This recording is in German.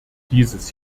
dieses